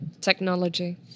Technology